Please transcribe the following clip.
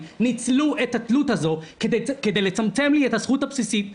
ניצלו את התלות הזו כדי לצמצם לי את הזכות הבסיסית לבחור.